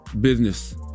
business